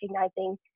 recognizing